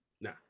Nah